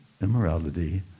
immorality